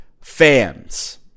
fans